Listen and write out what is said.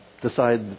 decide